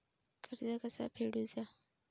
कर्ज कसा फेडुचा?